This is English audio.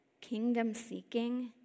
Kingdom-seeking